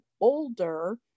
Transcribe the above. older